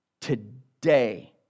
Today